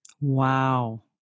Wow